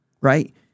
right